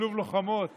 לשילוב לוחמות